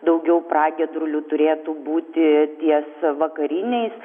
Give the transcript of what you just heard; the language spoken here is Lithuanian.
daugiau pragiedrulių turėtų būti ties vakariniais